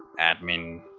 admin.